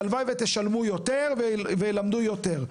הלוואי ותשלמו יותר וישלמו יותר.